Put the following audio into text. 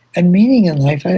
and meaning in life,